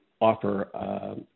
offer